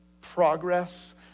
progress